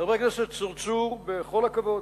חבר הכנסת צרצור, בכל הכבוד,